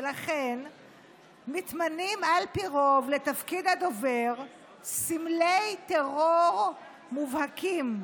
ולכן מתמנים על פי רוב לתפקיד הדובר סמלי טרור מובהקים.